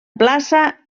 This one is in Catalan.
plaça